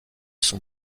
sont